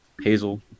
hazel